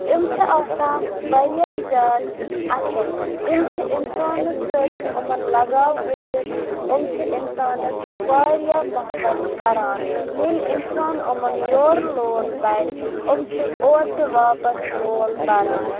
یِم چھِ آسان واریاہ زیادٕ اَصٕل یِم چھِ اِنسانَس سۭتۍ یِمَن لَگاو گٔژھِتھ یِم چھِ اِنسانَس واریاہ محبت کَران ییٚلہِ اِنسان یِمَن یورٕ لول بَرِ یِم چھِ اورٕ تہِ واپَس لول بَران